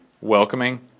Welcoming